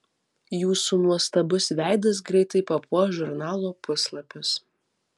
jūsų nuostabus veidas greitai papuoš žurnalo puslapius